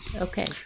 Okay